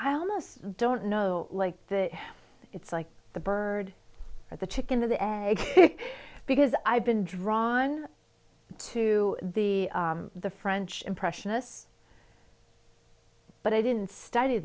i almost don't know like it's like the bird at the chicken or the egg because i've been drawn to the the french impressionists but i didn't study